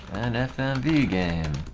an fmv game!